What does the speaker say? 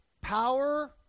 Power